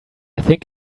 think